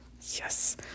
Yes